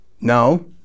No